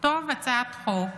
לכתוב הצעת חוק,